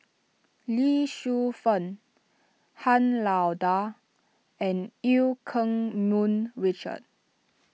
Lee Shu Fen Han Lao Da and Eu Keng Mun Richard